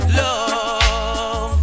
love